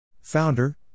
Founder